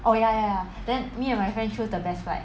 oh ya ya then me and my friend chose the best flight